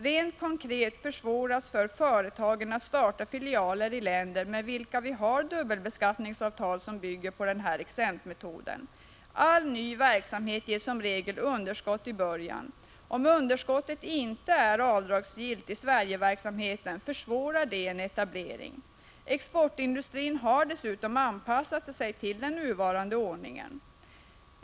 Rent konkret försvåras för företag att starta filialer i länder med vilka vi har dubbelbeskattningsavtal som bygger på exemptmetoden. All ny verksamhet ger som regel underskott i början. Om underskottet inte är avdragsgillt i Sverigeverksamheten försvårar det etableringen. Exportindustrin har dessutom anpassat sig till den nuvarande ordningen.